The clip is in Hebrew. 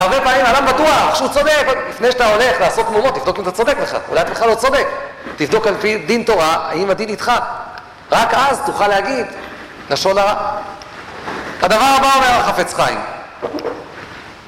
הרבה פעמים אדם בטוח שהוא צודק עוד לפני שאתה הולך לעשות מהומות תבדוק אם אתה צודק בכלל אולי אתה בכלל לא צודק תבדוק על פי דין תורה האם הדין איתך רק אז תוכל להגיד לשון הרע הדבר הבא אומר החפץ חיים